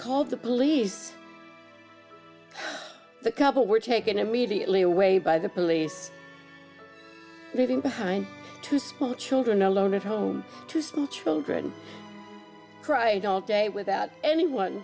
called the police the couple were taken immediately away by the police moving behind two school children alone at home two small children cried all day without anyone